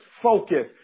focus